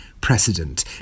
precedent